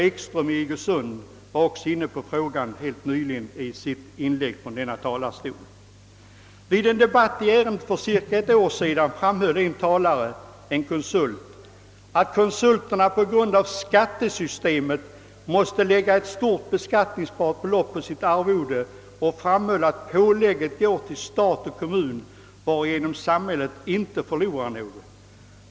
Vid en debatt i ärendet för cirka ett år sedan framhöll en talare — en konsult — att konsulterna på grund av skattesystemet måste lägga ett stort beskattningsbart belopp på sitt arvode. Han framhöll även att pålägget går till stat och kommun, varigenom samhället inte förlorar något.